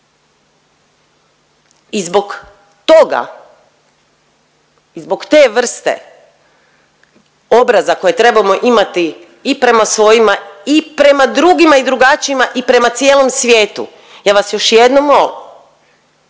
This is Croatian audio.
I zbog toga i zbog te vrste obraza koji trebamo imati i prema svojima i prema drugima i drugačijima i prema cijelom svijetu ja vas još jednom molim